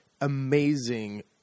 amazing